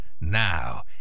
Now